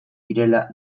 direla